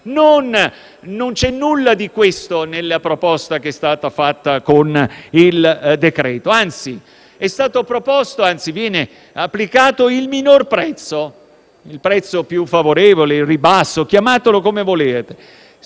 Non c'è nulla di questo nella proposta fatta con il decreto-legge. Anzi, viene applicato il minor prezzo, il prezzo più favorevole, il ribasso, chiamatelo come volete.